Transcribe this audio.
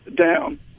down